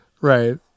Right